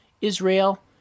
Israel